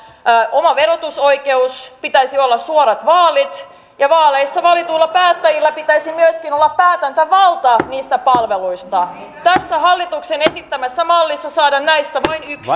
oma verotusoikeus pitäisi olla suorat vaalit ja vaaleissa valituilla päättäjillä pitäisi myöskin olla päätäntävalta niistä palveluista tässä hallituksen esittämässä mallissa saadaan näistä vain yksi